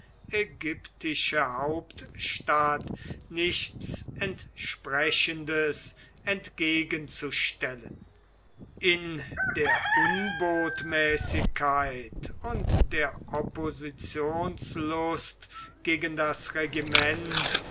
ägyptische hauptstadt nichts entsprechendes entgegenzustellen in der unbotmäßigkeit und der oppositionslust gegen das regiment